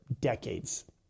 decades